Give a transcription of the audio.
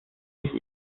sich